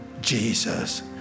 Jesus